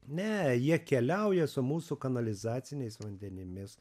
ne jie keliauja su mūsų kanalizaciniais vandenimis